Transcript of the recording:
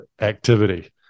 activity